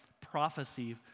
prophecy